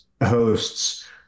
hosts